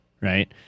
right